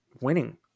winning